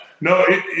No